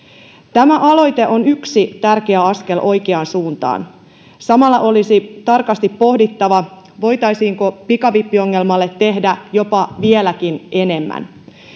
tämä aloite on yksi tärkeä askel oikeaan suuntaan samalla olisi tarkasti pohdittava voitaisiinko pikavippiongelmalle tehdä jopa vieläkin enemmän